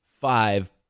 five